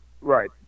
right